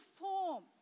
form